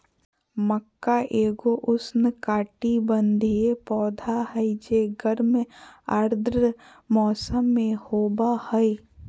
मक्का एगो उष्णकटिबंधीय पौधा हइ जे गर्म आर्द्र मौसम में होबा हइ